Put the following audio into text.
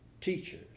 teachers